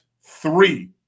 three